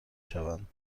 شوند